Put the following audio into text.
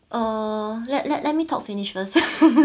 uh let let let me talk finish first